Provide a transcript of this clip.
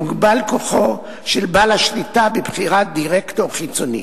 הוגבל כוחו של בעל השליטה בבחירת דירקטור חיצוני.